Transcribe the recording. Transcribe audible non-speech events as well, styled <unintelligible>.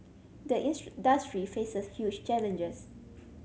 the <unintelligible> faces huge challenges